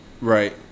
Right